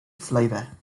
flavor